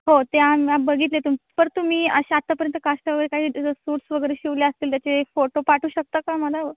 हो ते आम बघितले तुम बरं तुम्ही अशा आत्तापर्यंत काष्टा वगैरे काही जसं सूट्स वगैरे शिवले असतील त्याचे फोटो पाठवू शकता का मला